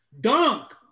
Dunk